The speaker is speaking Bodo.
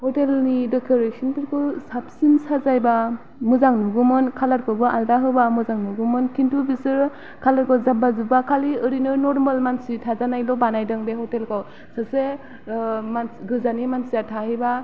हटेलनि डेकरेसनफोरखौ साबसिन साजायब्ला मोजां नुगौमोन कालारखौबो आलादा होब्ला मोजां नुगौमोन खिन्थु बिसोरो कालारखौ जाब्बा जुब्बा खालि ओरैनो नर्मोल मानसि थाजानायल' बानायदों बे हटेलखौ सासे मानसि गोजाननि मानसिया थाहैब्ला